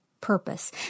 purpose